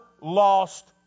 lost